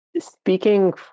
speaking